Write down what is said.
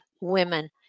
women